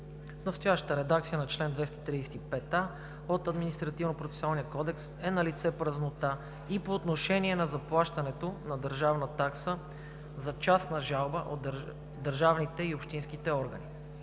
настоящата редакция на чл. 235а от Административнопроцесуалния кодекс е налице празнота и по отношение на заплащането на държавна такса за частна жалба от държавните и общинските орган.